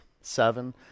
seven